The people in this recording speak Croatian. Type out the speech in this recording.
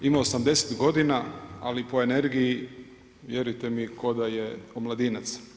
Imao sam 10 godina, ali po energiji vjerujte mi ko da je omladinac.